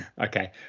Okay